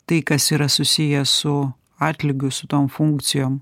tai kas yra susiję su atlygiu su tom funkcijom